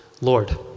Lord